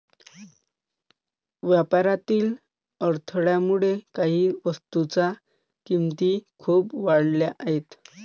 व्यापारातील अडथळ्यामुळे काही वस्तूंच्या किमती खूप वाढल्या आहेत